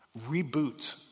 Reboot